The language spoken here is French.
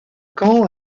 camp